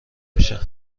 میشه